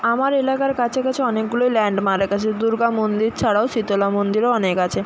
আমার এলাকার কাছাকাছি অনেকগুলো ল্যান্ডমার্ক আছে দুর্গা মন্দির ছাড়াও শীতলা মন্দিরও অনেক আছে